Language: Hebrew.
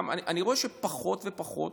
אני רואה שפחות ופחות